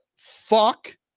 Fuck